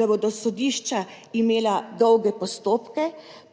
da bodo sodišča imela dolge postopke,